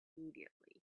immediately